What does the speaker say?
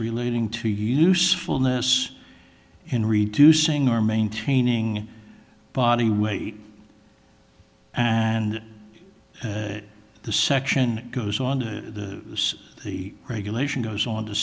relating to usefulness in reducing or maintaining body weight and the section goes on to the regulation goes on to